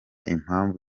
impamvu